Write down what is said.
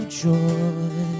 joy